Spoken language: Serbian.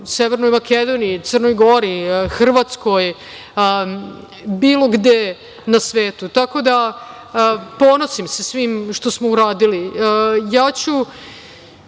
Severnoj Makedoniji, Crnoj Gori, Hrvatskoj, bilo gde na svetu. Ponosim se svim što smo uradili. Ja